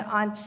on